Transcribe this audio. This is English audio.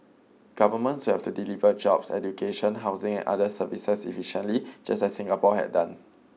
governments would have to deliver jobs education housing and other services efficiently just as Singapore had done